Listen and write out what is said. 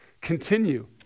continue